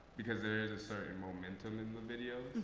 because there is a certain momentum in the videos.